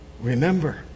remember